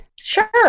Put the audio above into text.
Sure